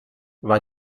war